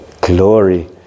glory